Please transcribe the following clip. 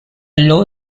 low